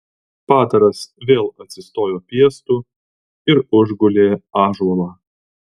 padaras vėl atsistojo piestu ir užgulė ąžuolą